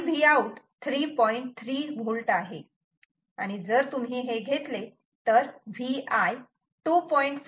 3 V आहे आणि जर तुम्ही हे घेतले तर Vi 2